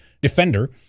defender